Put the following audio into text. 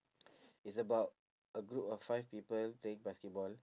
it's about a group of five people playing basketball